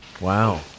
Wow